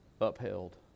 upheld